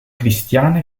cristiana